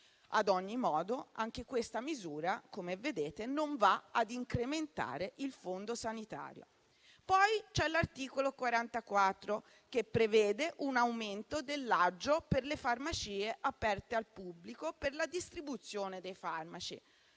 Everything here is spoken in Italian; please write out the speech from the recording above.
Ad ogni modo, anche questa misura - come vedete - non va ad incrementare il Fondo sanitario. Poi c'è l'articolo 44, che prevede un aumento dell'aggio per le farmacie aperte al pubblico per la distribuzione dei farmaci.